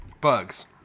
Bugs